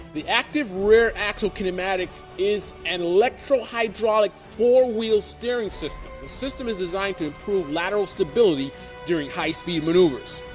the active rear axle kinematics is an electrohydraulic four-wheel steering system. the system is designed to improve lateral stability during high-speed maneuvers.